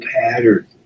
pattern